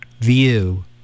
view